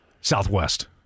Southwest